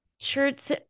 shirts